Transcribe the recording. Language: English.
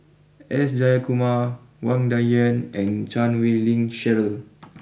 S Jayakumar Wang Dayuan and Chan Wei Ling Cheryl